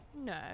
No